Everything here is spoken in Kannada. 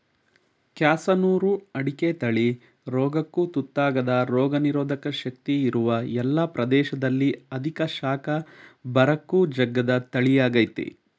ಕ್ಯಾಸನೂರು ಅಡಿಕೆ ತಳಿ ರೋಗಕ್ಕು ತುತ್ತಾಗದ ರೋಗನಿರೋಧಕ ಶಕ್ತಿ ಇರುವ ಎಲ್ಲ ಪ್ರದೇಶದಲ್ಲಿ ಅಧಿಕ ಶಾಖ ಬರಕ್ಕೂ ಜಗ್ಗದ ತಳಿಯಾಗಯ್ತೆ